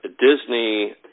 Disney –